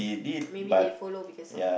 maybe they follow because of